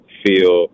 feel